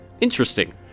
interesting